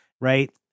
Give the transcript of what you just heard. right